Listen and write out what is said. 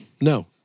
No